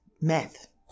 math